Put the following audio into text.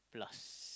plus